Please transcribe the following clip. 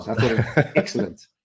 Excellent